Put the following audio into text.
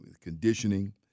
conditioning